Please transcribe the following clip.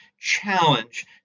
challenge